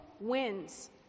wins